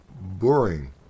boring